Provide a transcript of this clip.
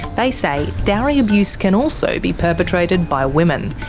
they say dowry abuse can also be perpetrated by women,